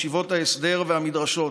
ישיבות ההסדר והמדרשות,